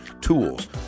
tools